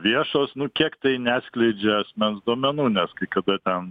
viešos nu kiek tai neatskleidžia asmens duomenų nes kai kada ten